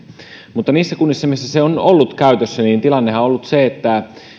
mutta niissä kunnissa missä se on ollut käytössä tilannehan on ollut se että